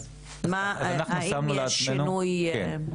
מה, האם יש שינוי?